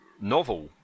novel